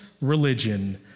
religion